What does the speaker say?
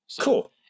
Cool